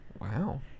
Wow